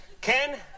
Ken